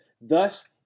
thus